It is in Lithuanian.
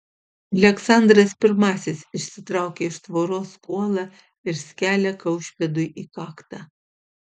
aleksandras pirmasis išsitraukia iš tvoros kuolą ir skelia kaušpėdui į kaktą